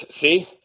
see